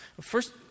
First